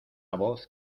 voz